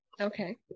Okay